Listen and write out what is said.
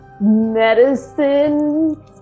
medicine